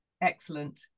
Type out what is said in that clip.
Excellent